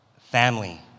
family